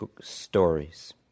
stories